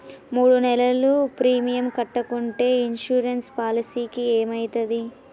మూడు నెలలు ప్రీమియం కట్టకుంటే ఇన్సూరెన్స్ పాలసీకి ఏమైతది?